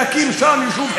להקים שם יישוב,